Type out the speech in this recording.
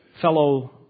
fellow